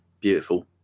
Beautiful